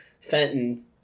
Fenton